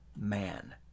man